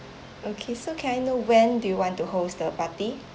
okay so can I know when do you want to host the party